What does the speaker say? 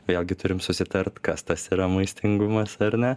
vėlgi turim susitart kas tas yra maistingumas ar ne